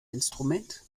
instrument